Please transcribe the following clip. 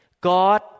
God